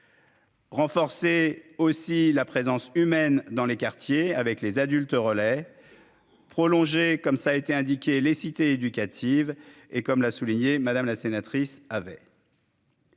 Renforcer aussi la présence humaine dans les quartiers avec les adultes relais prolongé comme cela a été indiqué les cités éducatives et comme l'a souligné, Madame la sénatrice avait.